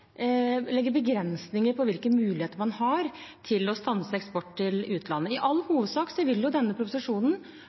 begrensninger på hvilke muligheter man har til å stanse eksport til utlandet. I all hovedsak vil denne proposisjonen